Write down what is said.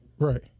Right